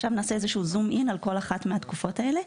עכשיו נעשה זום אין על כל אחת מהתקופות האלה.